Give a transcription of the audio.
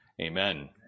Amen